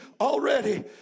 already